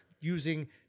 using